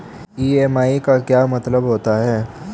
EMI का क्या मतलब होता है?